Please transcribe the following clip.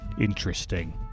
Interesting